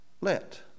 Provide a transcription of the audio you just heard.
let